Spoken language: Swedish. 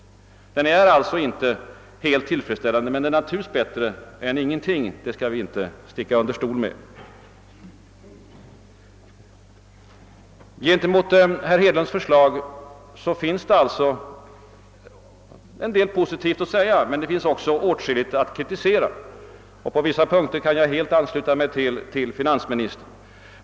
Åtgärden är följaktligen inte helt tillfredsställande, men naturligtvis bättre än ingenting; det skall vi inte sticka under stol med. Gentemot herr Hedlunds förslag finns det en del positivt att säga, men det finns också åtskilligt att kritisera. På vissa punkter kan jag helt ansluta mig till finansministerns mening.